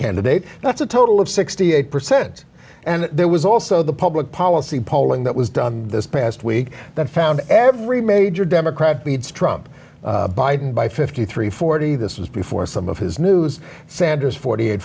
candidate that's a total of sixty eight percent and there was also the public policy polling that was done this past week that found every major democrat bede's trump biden by fifty three forty this was before some of his news sanders forty eight